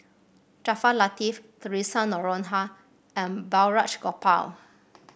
Jaafar Latiff Theresa Noronha and Balraj Gopal